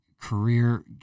career